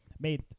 made